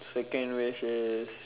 second wish is